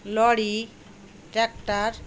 lorry tractor